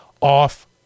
off